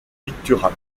pictural